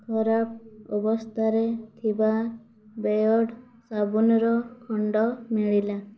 ଖରାପ ଅବସ୍ଥାରେ ଥିବା ବେୟର୍ଡ଼ୋ ସାବୁନର ଖଣ୍ଡ ମିଳିଲା